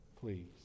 please